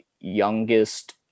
youngest